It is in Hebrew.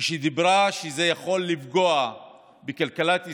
כשאמרה שזה יכול לפגוע בכלכלת ישראל,